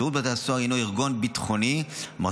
שירות בתי הסוהר הינו ארגון ביטחוני המחזיק